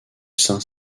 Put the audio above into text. saint